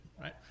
right